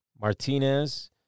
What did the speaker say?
Martinez